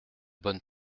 bonne